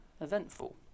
eventful